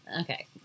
Okay